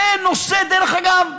זה נושא, דרך אגב,